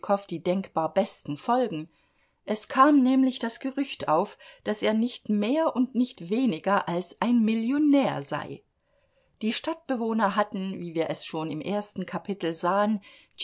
die denkbar besten folgen es kam nämlich das gerücht auf daß er nicht mehr und nicht weniger als ein millionär sei die stadtbewohner hatten wie wir es schon im ersten kapitel sahen